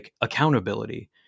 accountability